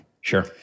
Sure